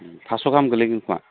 फास्स' गाहाम गोग्लैगोन खोमा